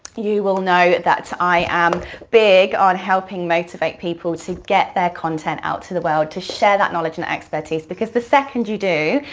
you will know that i am big on helping motivate people to get their content out to the world, to share that knowledge and expertise, because the second you do,